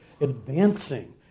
advancing